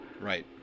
right